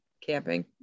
camping